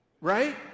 right